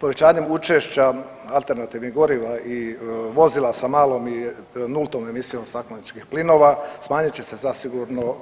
Povećanjem učešća alternativnih goriva i vozila sa malom i nultom emisijom stakleničkih plinova smanjit će se zasigurno